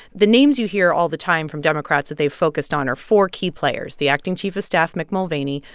the names you hear all the time from democrats that they've focused on are for key players the acting chief of staff mick mulvaney,